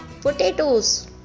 potatoes